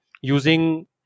using